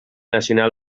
nacional